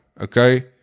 okay